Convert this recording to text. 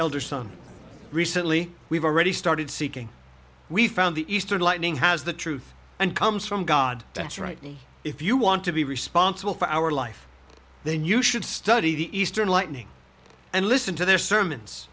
elder son recently we've already started seeking we've found the easter lightning has the truth and comes from god that's right and if you want to be responsible for our life then you should study the eastern lightning and listen to their sermons